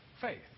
faith